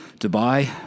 Dubai